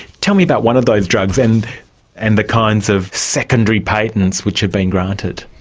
tell me about one of those drugs and and the kinds of secondary patents which have been granted.